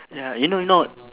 ya you know not